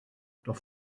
doch